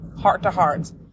heart-to-hearts